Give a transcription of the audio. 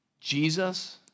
Jesus